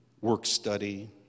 work-study